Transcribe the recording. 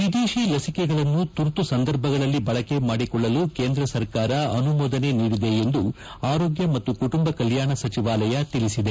ವಿದೇಶಿ ಲಸಿಕೆಗಳನ್ನು ತುರ್ತು ಸಂದರ್ಭಗಳಲ್ಲಿ ಬಳಕೆ ಮಾಡಿಕೊಳ್ಳಲು ಕೇಂದ್ರ ಸರ್ಕಾರ ಅನುಮೋದನೆ ನೀಡಿದೆ ಎಂದು ಆರೋಗ್ಯ ಮತ್ತು ಕುಟುಂಬ ಕಲ್ಲಾಣ ಸಚಿವಾಲಯ ತಿಳಿಸಿದೆ